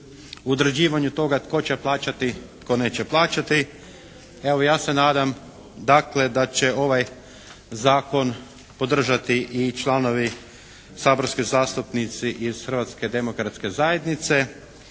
u određivanju toga tko će plaćati tko neće plaćati. Evo ja se nadam dakle da će ovaj zakon podržati i članovi saborski zastupnici iz Hrvatske demokratske zajednice,